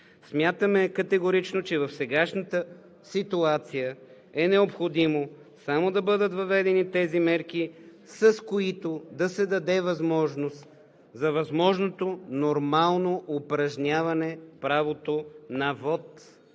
Смятаме категорично, че в сегашната ситуация е необходимо да бъдат въведени само мерки, с които да се даде възможност за нормалното упражняване правото на вот